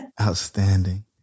Outstanding